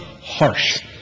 harsh